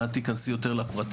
אינה את תיכנסי יותר לפרטים.